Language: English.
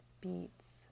beats